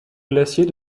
glacier